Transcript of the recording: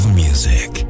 music